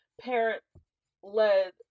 parent-led